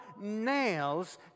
nails